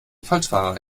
falschfahrer